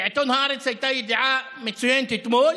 בעיתון הארץ הייתה ידיעה מצוינת אתמול,